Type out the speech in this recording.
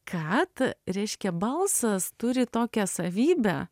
kad reiškia balsas turi tokią savybę